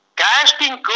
casting